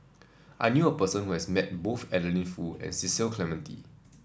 I knew a person who has met both Adeline Foo and Cecil Clementi